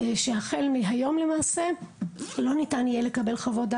שהחל מהיום למעשה לא ניתן יהיה לקבל חוות דעת